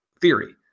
theory